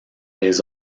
les